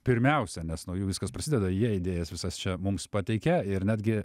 pirmiausia nes nuo jų viskas prasideda jie idėjas visas čia mums pateikia ir netgi